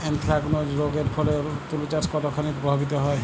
Anthracnose রোগ এর ফলে তুলাচাষ কতখানি প্রভাবিত হয়?